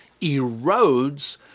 erodes